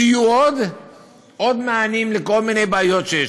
שיהיו עוד מענים לכל מיני בעיות שיש.